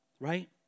right